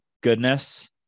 goodness